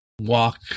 walk